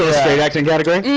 straight acting category?